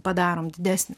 padarom didesnį